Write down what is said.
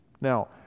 Now